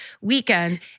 weekend